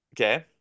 Okay